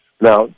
Now